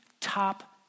top